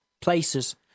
places